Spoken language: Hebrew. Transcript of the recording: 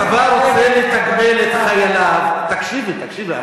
הצבא רוצה לתגמל את חייליו, תקשיבי, תקשיבי.